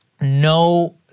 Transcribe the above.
no